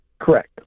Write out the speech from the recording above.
Correct